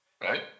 Right